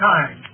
Time